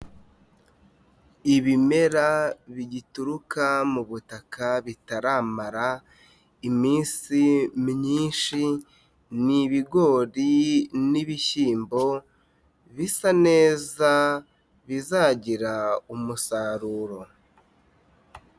Ibimera bigituruka mu butaka bitaramara iminsi myinshi, n'ibigori n'ibishyimbo bisa neza bizagira umusaruro.